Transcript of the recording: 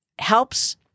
helps